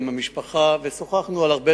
ועם המשפחה,